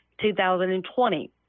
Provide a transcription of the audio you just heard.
2020